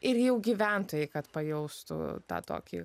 ir jau gyventojai kad pajaustų tą tokį